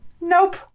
Nope